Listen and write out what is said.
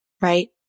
right